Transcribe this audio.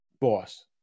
boss